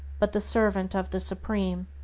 but the servant of the supreme.